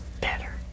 better